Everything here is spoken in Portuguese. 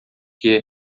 quê